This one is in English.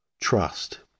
Trust